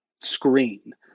screen